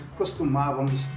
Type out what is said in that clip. costumávamos